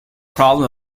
problem